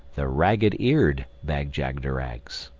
the ragged-eared bag-jagderags.